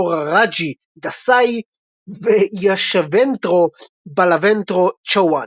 מורארג'י דסאי וישוונטרו בלוונטרו צ'אוואן.